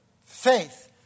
faith